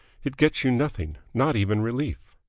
it gets you nothing, not even relief.